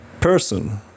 person